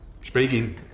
Speaking